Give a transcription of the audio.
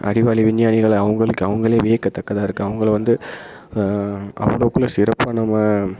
அறிவாளி விஞ்ஞானிகள் அவங்களுக்கு அவங்களே வியக்கத்தக்கதாக இருக்குது அவங்களை வந்து அவங்களுக்குள்ள சிறப்பாக நம்ம